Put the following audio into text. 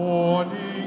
Morning